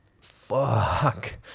Fuck